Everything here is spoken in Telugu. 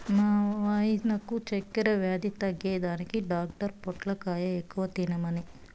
మా వాయినకు చక్కెర వ్యాధి తగ్గేదానికి డాక్టర్ పొట్లకాయ ఎక్కువ తినమనె